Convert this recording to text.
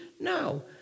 no